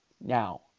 now